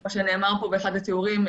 כמו שנאמר פה באחד התיאורים,